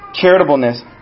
charitableness